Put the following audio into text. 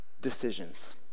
decisions